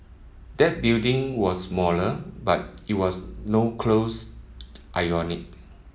that building was smaller but it was no close ionic